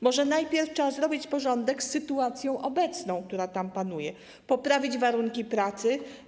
Może najpierw trzeba zrobić porządek z obecną sytuacją, która tam panuje, poprawić warunki pracy?